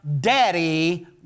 Daddy